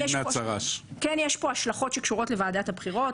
יש פה השלכות שקשורות לוועדת הבחירות,